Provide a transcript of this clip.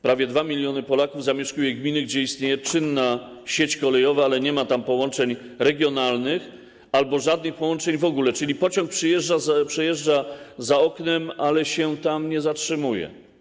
Prawie 2 mln Polaków zamieszkuje gminy, gdzie istnieje czynna sieć kolejowa, ale nie ma tam połączeń regionalnych albo żadnych połączeń w ogóle, czyli pociąg przejeżdża za oknem, ale się tam nie zatrzymuje.